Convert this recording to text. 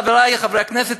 חברי חברי הכנסת,